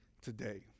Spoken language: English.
today